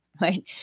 right